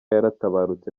yaratabarutse